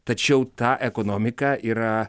tačiau ta ekonomika yra